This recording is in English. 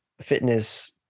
fitness